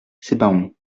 sebaoun